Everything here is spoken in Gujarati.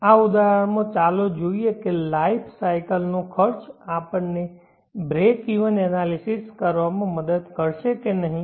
આ ઉદાહરણમાં ચાલો જોઈએ કે લાઈફ સાયકલ નો ખર્ચ આપણને બ્રેક ઇવન એનાલિસિસ કરવામાં મદદ કરશે કે નહીં